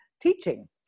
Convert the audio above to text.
teaching